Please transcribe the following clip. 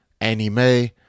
anime